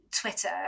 Twitter